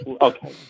okay